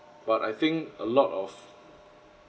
but I think a lot of